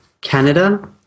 Canada